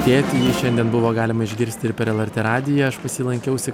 tėtį jį šiandien buvo galima išgirsti ir per lrt radiją aš pas jį lankiausi